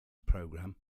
program